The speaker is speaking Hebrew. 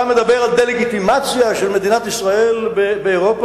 אתה מדבר על דה-לגיטימציה של מדינת ישראל באירופה?